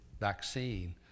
vaccine